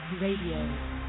Radio